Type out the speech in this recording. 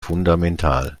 fundamental